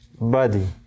body